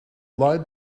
lied